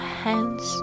hands